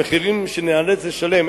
המחירים שניאלץ לשלם,